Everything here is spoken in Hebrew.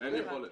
אין יכולת.